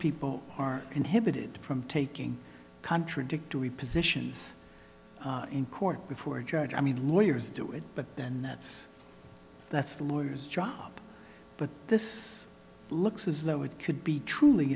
people are inhibited from taking contradictory positions in court before a judge i mean lawyers do it but then that's that's lawyers job but this looks as though it could be truly